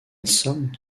some